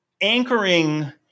anchoring